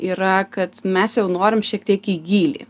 yra kad mes jau norim šiek tiek į gylį